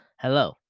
Hello